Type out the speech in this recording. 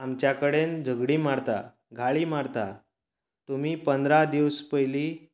आमच्या कडेन झगडी मारता गाळी मारता तुमी पंदरा दीस पयलीं